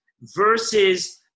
versus